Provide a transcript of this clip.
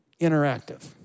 interactive